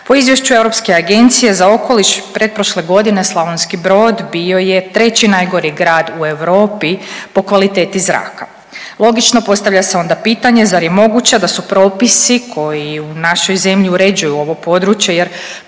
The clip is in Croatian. Po izvješću Europske agencije za okoliš pretprošle godine Slavonski Brod bio je treći najgori grad u Europi po kvaliteti zraka. Logično postavlja se onda pitanje zar je moguće da su propisi koji u našoj zemlji uređuju ovo područje, jer